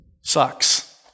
sucks